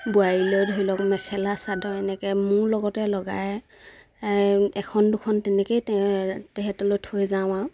বোৱাৰীলৈ ধৰি লওক মেখেলা চাদৰ এনেকে মোৰ লগতে লগাই এখন দুখন তেনেকেই তেহেঁতলৈ থৈ যাওঁ আৰু